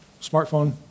smartphone